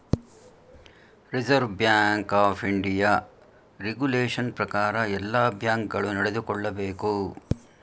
reserve bank of India regulation ಪ್ರಕಾರ ಎಲ್ಲ bank ಗಳು ನಡೆದುಕೊಳ್ಳಬೇಕು